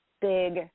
big